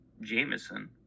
Jameson